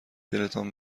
دلتان